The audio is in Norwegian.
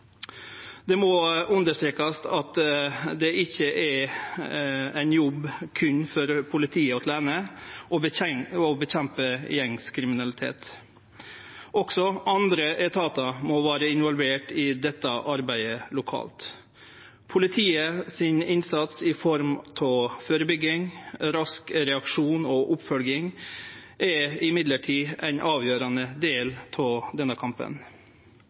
Det må understrekast at det ikkje er ein jobb berre for politiet åleine å kjempe mot gjengkriminalitet. Også andre etatar må vere involvert i dette arbeidet lokalt. Men innsatsen til politiet i form av førebygging, rask reaksjon og oppfølging er ein avgjerande del av denne kampen.